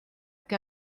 que